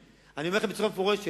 אני אומר לכם בצורה מפורשת,